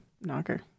Knocker